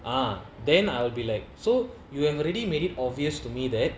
ah then I'll be like so you have already made it obvious to me that